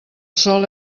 sol